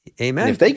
amen